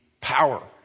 power